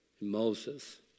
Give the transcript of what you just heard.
Moses